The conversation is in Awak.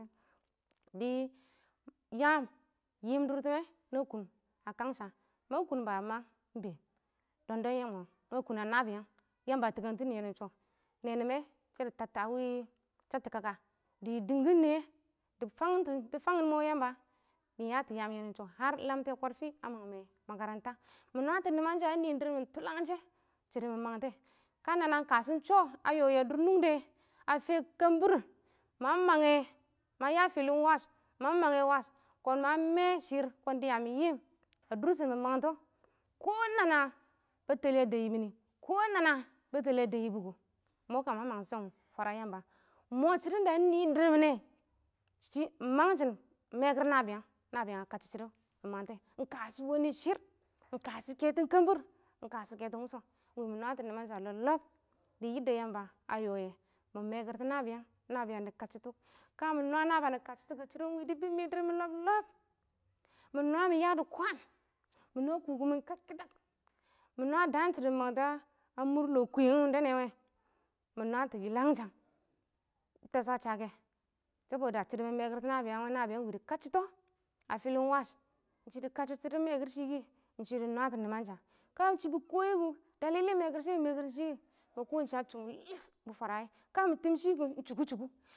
dɪ yaam yin durbime na kʊn a kansa, ma kʊn ɪng babama ɪng been doom-doom yɛ mʊ na kʊn a nabiyang yamba tɪkangtɪnɪ yɛ nɪ shɔ. Nɛɛn nɛ mɛ shɛ dɪ tattɔ a wɪ dɪ shatɔ kaka dɪ dɪngkɪn nɪyɛ, dɪ fangtɪn mɔ yamba nɪ yatɔ yaam yɛ nɪ shɔ, har lamtɛ koɔfɪ a mang mɛ makranta, mɪ nwatɔ nɪman sha a nɪɪn dɪrr mɪn tulanshɪn shɪdɪ mɪ mangtɛ ka nanna ɪng kashɔ ɪng shɔ a yoye a dʊr nungde, a chib kəmbir, ma mangɛ, ma ya fɪlɪn wash ma mang yaam kʊn ma mɛ shɪrr, kɔn dɪya mɪ yiim a dʊrshɪn, mɪ mangtɔ, kɔ ɪng nana bɛttɛlɪ a dɛyɪ mɪnɪ, kɔ nanna bɛttɛlɪ a deyɪ bʊ kʊ, mɔ kam mɪ mangtɪshɪm fwara yamba, ɪng mɔ shɪdon da a nɪɪn dɪrr mɪ nɛ, ɪng mangshɪm ɪng mɛkɪr nabɪyang, nabɪyang a kadchɔ shɪdɔ mɪ mangtɛ, ɪng kashɔ wanɪ shɪrr, ɪng kashɔ wanɪ kəmbir, ɪng kashɔ kɛtɔn wʊshɔ, mɪ nwatɔ nɪmansha lɔb-lɔb, dɪ yadda yamba a yɔye mɪ mɛkɪrtɔ nabɪyang, nabɪyang dɪ kadchʊ tɔ ka mɪ nwa nabɪyang dɪ kadchʊ kɔn dɪ bɪm mɪ dɪrr mɪn lɔb-lɔb. mɪ nwa mɪ yadɪ kwaan, mɪ nwa kʊkʊmɪn kwakkɪdang, a mʊr lɔ kʊyɛngɪ wʊnɪ wɛ, mɪ nwatɔ yɪlangshang ɪng tɛshɔ a sha kɛ, saboda shɪdɔ mɪ mɛkɪrtɔ nabɪyang, nabɪyang dɪ kadchʊ tɔ a fɪlɪn wash a shɪdɪ katchʊ tɔ ma mɛkɪr shɪ kɪ, dɪ nwətɔ nɪmansha ka ɪng shɪ dɪ kɔyɪ kʊ, a dalili ma mɛkɪr shɪ yɪ kʊ, ma kɔ ba shʊngʊm lɪs bɪ fwaraye, ka mɪ tɪm ɪng shɪ kʊ, ɪng shʊkʊ shʊkʊ.